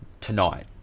tonight